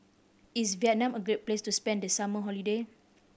is Vietnam a good place to spend the summer holiday